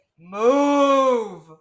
move